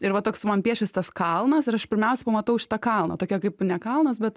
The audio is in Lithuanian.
ir va toks man piešis tas kalnas ir aš pirmiausia pamatau šitą kalną tokia kaip ne kalnas bet